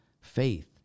Faith